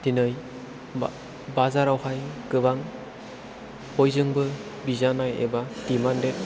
दिनै बाजारावहाय गोबां बयजोंबो बिजानाय एबा डिमाण्डेड